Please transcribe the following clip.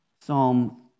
Psalm